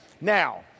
Now